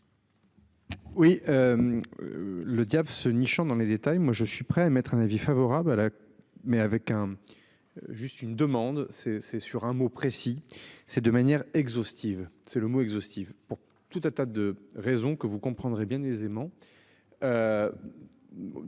Oui. Le diable se nichant dans les détails. Moi je suis prêt à émettre un avis favorable à la mais avec un. Juste une demande c'est c'est sur un mot précis c'est de manière exhaustive. C'est le mot exhaustive pour tout un tas de raisons que vous comprendrez bien aisément.